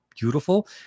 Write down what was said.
beautiful